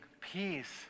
peace